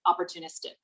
opportunistic